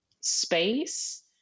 space